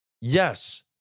yes